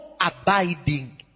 abiding